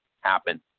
happen